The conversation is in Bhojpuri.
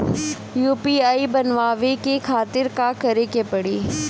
यू.पी.आई बनावे के खातिर का करे के पड़ी?